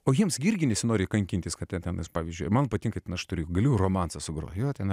o jiems gi irgi nesinori kankintis kad ten tenais pavyzdžiui man patinka ten aš turiu galiu romansą sugrot jo tenai